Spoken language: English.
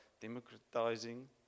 democratizing